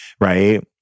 right